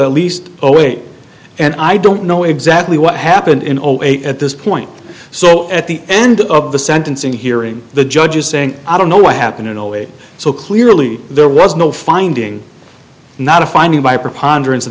at least a way and i don't know exactly what happened in zero eight at this point so at the end of the sentencing hearing the judge is saying i don't know what happened in a way so clearly there was no finding not a finding by preponderance of